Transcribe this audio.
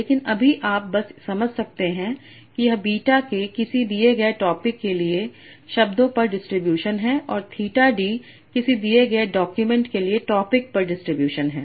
लेकिन अभी आप बस समझ सकते हैं कि यह बीटा k किसी दिए गए टॉपिक के लिए शब्दों पर डिस्ट्रीब्यूशन है और थीटा d किसी दिए गए डॉक्यूमेंट के लिए टॉपिक पर डिस्ट्रीब्यूशन है